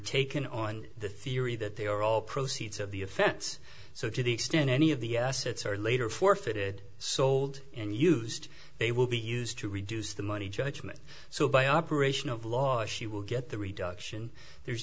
taken on the theory that they are all proceeds of the offense so to the extent any of the assets are later forfeited sold and used they will be used to reduce the money judgment so by operation of law she will get the reduction there's